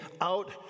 out